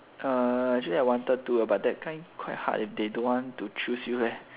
uh actually I wanted to lah but that time quite hard ah they don't want to choose you eh